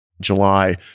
July